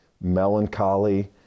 melancholy